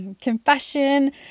confession